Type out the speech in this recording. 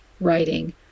writing